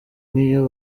niyo